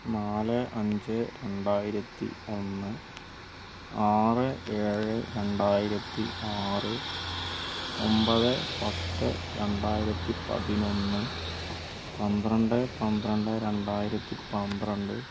നാല് അഞ്ച് രണ്ടായിരത്തി ഒന്ന് ആറ് ഏഴ് രണ്ടായിരത്തി ആറ് ഒമ്പത് പത്ത് രണ്ടായിരത്തി പതിനൊന്ന് പന്ത്രണ്ട് പന്ത്രണ്ട് രണ്ടായിരത്തി പന്ത്രണ്ട്